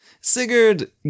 Sigurd